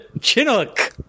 Chinook